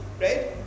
Right